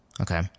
Okay